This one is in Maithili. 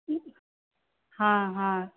हँ हँ